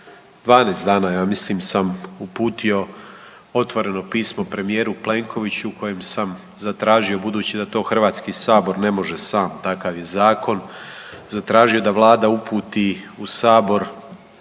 12 dana ja mislim sam uputio otvoreno pismo premijeru Plenkoviću u kojem sam zatražio budući da to HS ne može sam, takav je zakon, zatražio da Vlada uputi u Sabor odluku